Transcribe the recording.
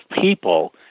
people